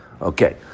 Okay